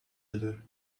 other